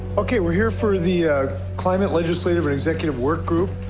okay, we're here for the climate legislative and executive workgroup.